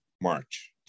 March